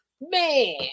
Man